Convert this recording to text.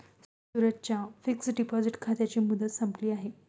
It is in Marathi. सूरजच्या फिक्सड डिपॉझिट खात्याची मुदत संपली आहे